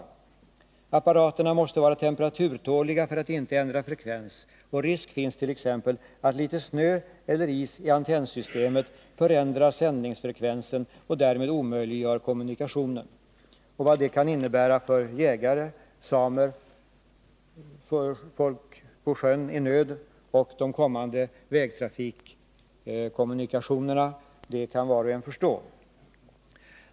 Apparaterna måste vara temperaturtåliga för att inte ändra frekvens, och risk finns att t.ex. litet snö eller is i antennsystemet förändrar sändningsfrekvensen och därmed omöjliggör kommunikationen. Vad detta kan innebära för jägare, samer, folk på sjön i nöd och de kommande vägtrafikkommunikationerna kan var och en förstå.